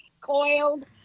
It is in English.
coiled